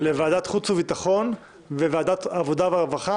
לוועדת החוץ והביטחון וועדת העבודה והרווחה,